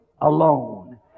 alone